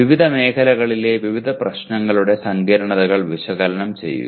വിവിധ മേഖലകളിലെ വിവിധ പ്രശ്നങ്ങളുടെ സങ്കീർണതകൾ വിശകലനം ചെയ്യുക